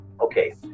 okay